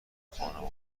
خانواده